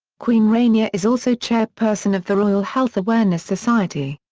queen rania is also chairperson of the royal health awareness society.